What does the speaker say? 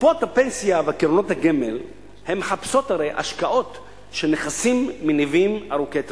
קופות הפנסיה וקרנות הגמל מחפשות השקעות של נכסים מניבים ארוכי טווח.